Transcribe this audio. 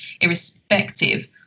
irrespective